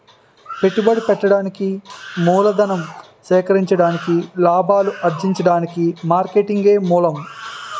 పెట్టుబడి పెట్టడానికి మూలధనం సేకరించడానికి లాభాలు అర్జించడానికి మార్కెటింగే మూలం